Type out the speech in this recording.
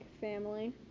family